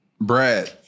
Brad